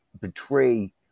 betray